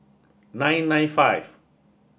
nine nine five